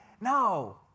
No